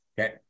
Okay